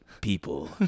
people